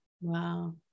Wow